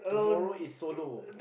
tomorrow is solo